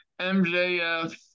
MJF